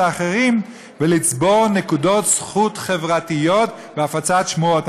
לאחרים ולצבור נקודות זכות חברתיות בהפצת שמועות.